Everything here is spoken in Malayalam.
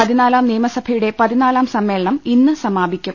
പതിനാലാം നിയമസഭയുടെ പതിനാലാം സമ്മേളനം ഇന്ന് സമാ പിക്കും